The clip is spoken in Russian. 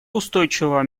устойчивого